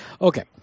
Okay